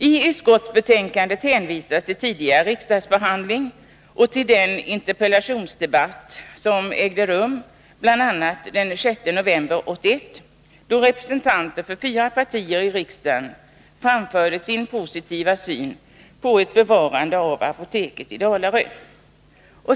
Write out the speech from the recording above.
I utskottsbetänkandet hänvisas till tidigare riksdagsbehandling och till bl.a. en interpellationsdebatt som ägde rum den 6 nov 1981, då representanter för fyra partier i riksdagen framförde sin positiva syn på ett bevarande av apoteket i Dalarö.